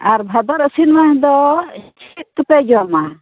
ᱟᱨ ᱵᱷᱟᱫᱚᱨ ᱟᱹᱥᱤᱱ ᱢᱟᱥ ᱫᱚ ᱪᱮᱫ ᱠᱚᱯᱮ ᱡᱚᱢᱟ